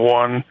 one